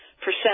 percent